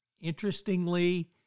Interestingly